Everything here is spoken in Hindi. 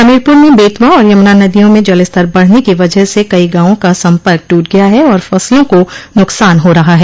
हमीरपुर में बेतवा और यमुना नदियों में जलस्तर बढ़ने की वजह से कई गांवों का सम्पर्क टूट गया है और फसलों को नुकसान हो रहा है